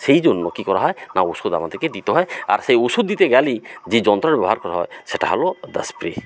সেই জন্য কী করা হয় না ওষুধ আমাদেরকে দিতে হয় আর সেই ওষুধ দিতে গেলেই যে যন্ত্রের ব্যবহার করা হয় সেটা হলো দা স্প্রে